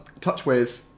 Touchwiz